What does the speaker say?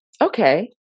Okay